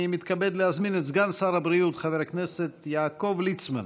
אני מתכבד להזמין את סגן שר הבריאות חבר הכנסת יעקב ליצמן